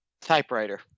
Typewriter